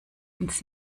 ins